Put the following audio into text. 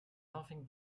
nothing